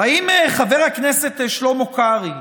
האם חבר הכנסת שלמה קרעי,